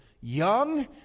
young